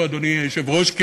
אדוני היושב-ראש,